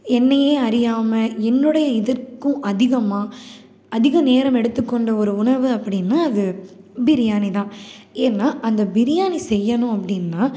என்னையே அறியாமல் என்னோடைய இதற்கும் அதிகமாக அதிக நேரம் எடுத்துக்கொண்ட ஒரு உணவு அப்படின்னா அது பிரியாணி தான் ஏன்னா அந்த பிரியாணி செய்யணும் அப்படின்னா